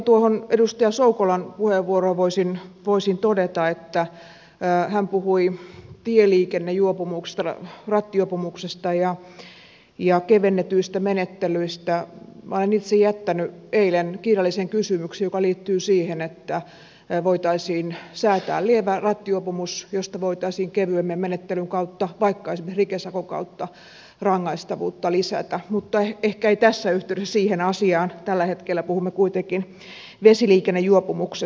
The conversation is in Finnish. ensinnäkin edustaja soukolan puheenvuoroon voisin todeta hän puhui tieliikennejuopumuksesta rattijuopumuksesta ja kevennetyistä menettelyistä että minä olen jättänyt eilen kirjallisen kysymyksen joka liittyy siihen että voitaisiin säätää lievä rattijuopumus josta voitaisiin kevyemmän menettelyn kautta esimerkiksi rikesakon kautta lisätä rangaistavuutta mutta ehkä ei mennä tässä yhteydessä siihen asiaan koska tällä hetkellä puhumme kuitenkin vesiliikennejuopumuksesta